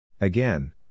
Again